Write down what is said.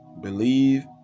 believe